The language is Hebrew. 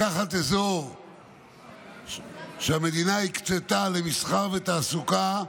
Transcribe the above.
לקחת אזור שהמדינה הקצתה למסחר ותעסוקה,